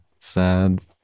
sad